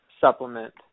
supplement